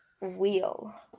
Wheel